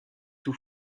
tout